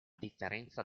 differenza